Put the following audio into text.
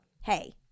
Hey